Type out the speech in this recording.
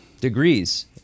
degrees